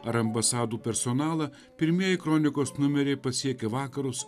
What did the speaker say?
ar ambasadų personalą pirmieji kronikos numeriai pasiekė vakarus